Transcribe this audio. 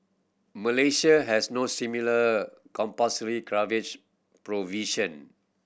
Malaysia has no similar compulsory coverage provision